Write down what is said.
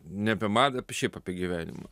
ne apie madą bet šiaip apie gyvenimą